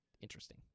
interesting